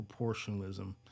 proportionalism